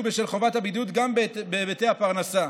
בשל חובת הבידוד גם בהיבטי הפרנסה.